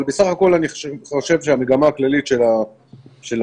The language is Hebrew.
בסך הכול אני חושב שהמגמה הכללית של התחלואה